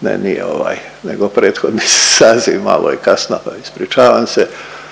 ne nije ovaj nego prethodni saziv, malo je kasno pa ispričavam se,